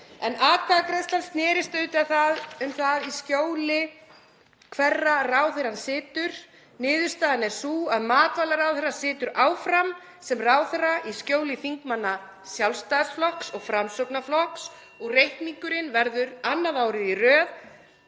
En atkvæðagreiðslan snerist auðvitað um það í skjóli hverra ráðherrann situr. Niðurstaðan er sú að matvælaráðherra situr áfram sem ráðherra í skjóli þingmanna Sjálfstæðisflokks (Forseti hringir.) og Framsóknarflokks og reikningurinn verður annað árið í röð